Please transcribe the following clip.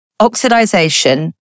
Oxidization